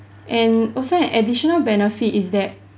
and also an additional benefit is that